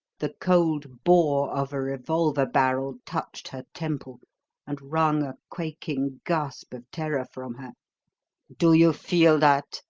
the cold bore of a revolver barrel touched her temple and wrung a quaking gasp of terror from her do you feel that?